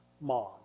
mom